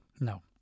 No